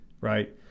right